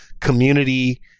community